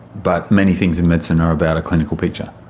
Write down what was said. but many things in medicine are about a clinical picture.